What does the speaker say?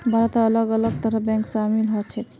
भारतत अलग अलग तरहर बैंक शामिल ह छेक